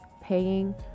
paying